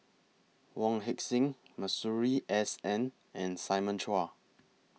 Wong Heck Sing Masuri S N and Simon Chua